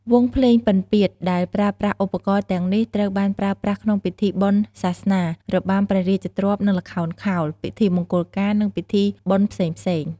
វង់ភ្លេងពិណពាទ្យដែលប្រើប្រាស់ឧបករណ៍ទាំងនេះ ត្រូវបានប្រើប្រាស់ក្នុងពិធីបុណ្យសាសនា របាំព្រះរាជទ្រព្យនិងល្ខោនខោល ពិធីមង្គលការ និងពិធីបុណ្យផ្សេងៗ។